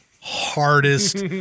hardest